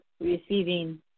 receiving